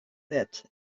that